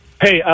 Hey